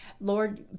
lord